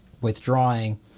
withdrawing